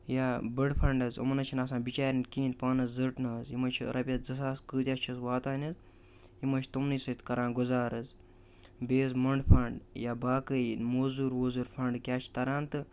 یا بٕڈٕ فنٛڈ حظ یِمَن حظ چھِنہٕ آسان بِچیٛارٮ۪ن کِہیٖنۍ پانَس زٔٹ نہٕ حظ یِم حظ چھِ رۄپیَس زٕ ساس کۭتیٛاہ چھِس واتان حظ یِم حظ چھِ تِمنٕے سۭتۍ کَران گُزار حظ بیٚیہِ حظ مۄنٛڈٕ فنٛڈ یا باقٕے موزوٗر ووزوٗر فنٛڈ کیٛاہ چھِ تَران تہٕ